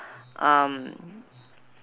um